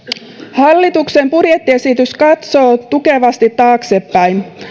hallituksen budjettiesitys katsoo tukevasti taaksepäin